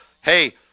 hey